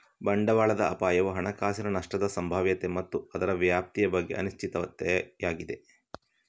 ಬಂಡವಾಳದ ಅಪಾಯವು ಹಣಕಾಸಿನ ನಷ್ಟದ ಸಂಭಾವ್ಯತೆ ಮತ್ತು ಅದರ ವ್ಯಾಪ್ತಿಯ ಬಗ್ಗೆ ಅನಿಶ್ಚಿತತೆಯಾಗಿದೆ